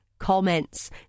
Comments